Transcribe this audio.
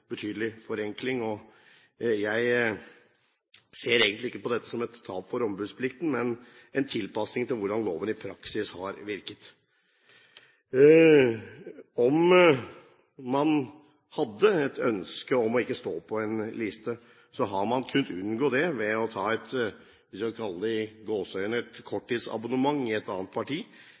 betydelig forenkling. Jeg ser egentlig ikke på dette som et tap for ombudsplikten, men som en tilpasning til hvordan loven i praksis har virket. Om man hadde et ønske om ikke å stå på en liste, har man kunnet unngå det ved å ta – skal vi kalle det – et «korttidsabonnement» i et annet parti,